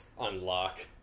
unlock